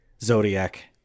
Zodiac